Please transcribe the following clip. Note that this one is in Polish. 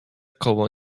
koło